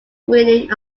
breeding